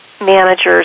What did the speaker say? managers